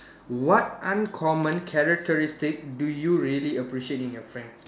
what uncommon characteristic do you really appreciate in your friend